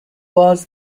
was